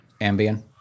Ambien